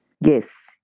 Yes